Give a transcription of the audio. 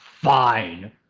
fine